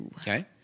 Okay